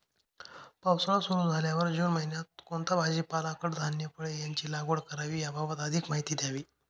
पावसाळा सुरु झाल्यावर जून महिन्यात कोणता भाजीपाला, कडधान्य, फळे यांची लागवड करावी याबाबत अधिक माहिती द्यावी?